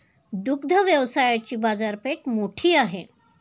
दुग्ध व्यवसायाची बाजारपेठ मोठी आहे